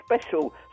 special